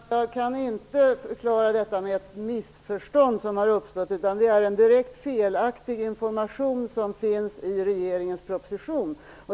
Fru talman! Jag kan inte förklara detta med att det har uppstått ett missförstånd, utan det är en direkt felaktig information som finns i regeringens proposition.